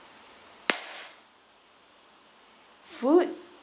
food